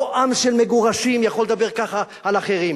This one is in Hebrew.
לא עם של מגורשים יכול לדבר כך על אחרים,